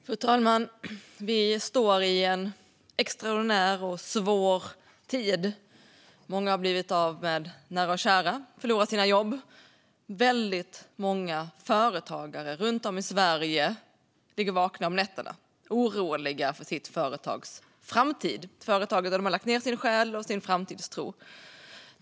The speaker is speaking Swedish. Fru talman! Vi befinner oss i en extraordinär och svår tid. Många har blivit av med nära och kära och förlorat sina jobb. Väldigt många företagare runt om i Sverige ligger vakna om nätterna oroliga för sitt företags framtid, ett företag som de har lagt ned sin själ i och där de har sin framtidstro.